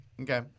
Okay